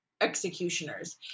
executioners